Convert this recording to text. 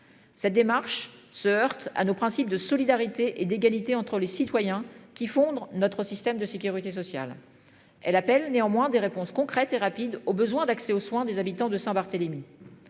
Cette démarche se heurte à nos principes de solidarité et d'égalité entre les citoyens qui fondre notre système de sécurité sociale, elle appelle néanmoins des réponses concrètes et rapides aux besoins d'accès aux soins des habitants de Saint-Barthélemy.